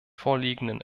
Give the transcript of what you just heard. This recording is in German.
vorliegenden